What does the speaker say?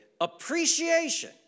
appreciation